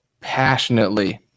passionately